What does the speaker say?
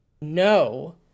No